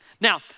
Now